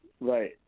Right